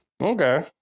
Okay